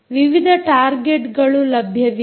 ವಿವಿಧ ಟಾರ್ಗೆಟ್ಗಳು ಲಭ್ಯವಿದೆ